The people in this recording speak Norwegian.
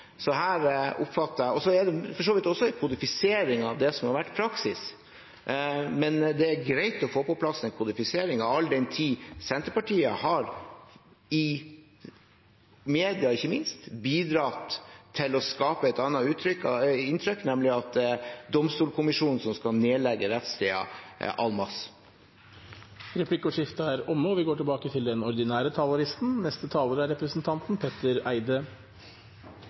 Så kan Stortinget velge å avvise den saken, og det er da Stortinget som til syvende og sist avgjør og tar beslutningen. Det er for så vidt også en kodifisering av det som har vært praksis, men det er greit å få på plass den kodifiseringen, all den tid Senterpartiet – ikke minst i media – har bidratt til å skape et annet inntrykk, nemlig at domstolkommisjonen skal nedlegge rettssteder en masse. Replikkordskiftet er omme. Det er